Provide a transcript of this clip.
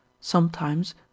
Sometimes